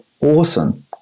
awesome